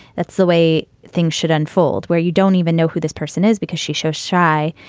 that's the way things should unfold where you don't even know who this person is because she shows shy.